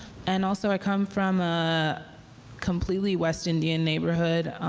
and also i come from a completely west indian neighborhood.